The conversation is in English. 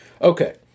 Okay